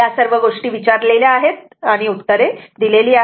या सर्व गोष्टी विचारलेल्या आहेत आणि उत्तरे दिलेली आहेत